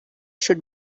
should